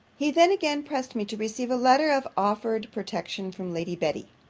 he then again pressed me to receive a letter of offered protection from lady betty.